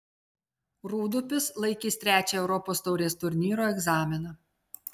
rūdupis laikys trečią europos taurės turnyro egzaminą